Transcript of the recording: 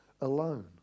alone